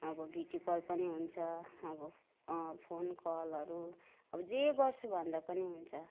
अब video call पनि हुन्छ अब फोन कलहरू अब जे गर्छु भन्दा पनि हुन्छ